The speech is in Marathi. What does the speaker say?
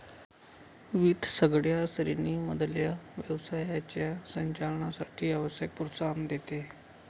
वित्त सगळ्या श्रेणी मधल्या व्यवसायाच्या संचालनासाठी आवश्यक प्रोत्साहन देते